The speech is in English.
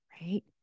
right